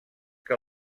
que